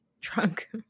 drunk